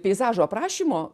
peizažo aprašymo